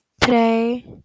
today